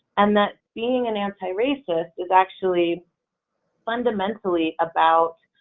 and that being an anti-racist is actually fundamentally about